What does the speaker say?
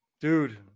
Dude